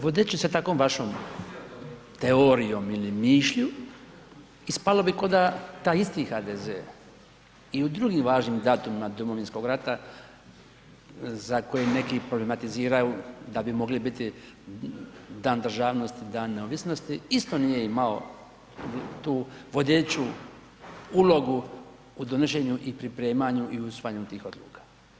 Vodeći se takvom vašom teorijom ili mišlju ispalo bi kao da taj isti HDZ i u drugim važnim datumima Domovinskog rata za koji neki problematiziraju da bi mogli biti Dan državnosti, Dan neovisnosti isto nije imao tu vodeću ulogu u donošenju i pripremanju i usvajanju tih odluka.